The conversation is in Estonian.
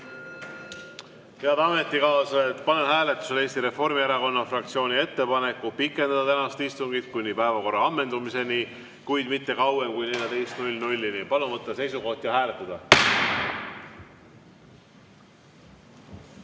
Head ametikaaslased! Panen hääletusele Eesti Reformierakonna fraktsiooni ettepaneku pikendada tänast istungit kuni päevakorra ammendumiseni, kuid mitte kauem kui 14-ni. Palun võtta seisukoht ja hääletada!